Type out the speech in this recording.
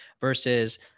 versus